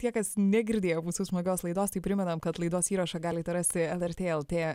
tie kas negirdėjo mūsų smagios laidos tai primenam kad laidos įrašą galite rasti lrt lt